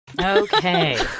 okay